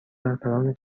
رهبران